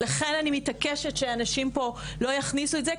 לכן אני מתעקשת שהנשים פה לא יכניסו את זה,